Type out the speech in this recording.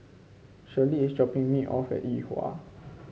Shirlie is dropping me off at Yuhua